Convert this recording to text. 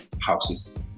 houses